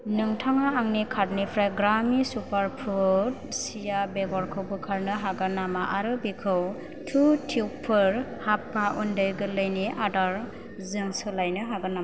नोंथाङा आंनि कार्टनिफ्राय ग्रामि सुपारफुड चिया बेगरखौ बोखारनो हागोन नामा आरो बेखौ थु टिउबफोर हाप्पा उन्दै गोरलैनि आदार जों सोलायनो हागोन नामा